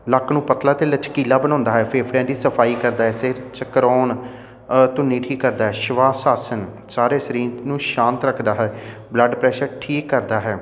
ਲੱਕ ਨੂੰ ਪਤਲਾ ਤੇ ਲਚਕੀਲਾ ਬਣਾਉਂਦਾ ਹੈ ਫੇਫੜਿਆਂ ਦੀ ਸਫਾਈ ਕਰਦਾ ਹੈ ਸਿਰ ਚਕਰਾਉਣ ਧੁੰਨੀ ਠੀਕ ਕਰਦਾ ਹੈ ਸ਼ਵਾਸ ਆਸਨ ਸਾਰੇ ਸਰੀਰ ਨੂੰ ਸ਼ਾਂਤ ਰੱਖਦਾ ਹੈ ਬਲੱਡ ਪ੍ਰੈਸ਼ਰ ਠੀਕ ਕਰਦਾ ਹੈ